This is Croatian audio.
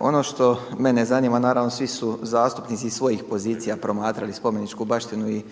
Ono što mene zanima, naravno svi su zastupnici iz svojih pozicija promatrali spomeničku baštinu i